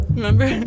Remember